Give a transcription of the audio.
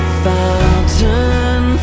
fountain